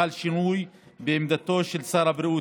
חל שינוי בעמדתו של שר הבריאות,